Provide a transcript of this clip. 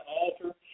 altar